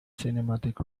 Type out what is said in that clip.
cinematic